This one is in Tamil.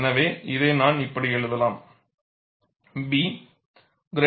எனவே இதை நான் இப்படி எழுதலாம் B≥2